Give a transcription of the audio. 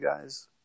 guys